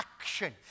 Action